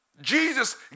Jesus